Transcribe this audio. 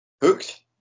Hooked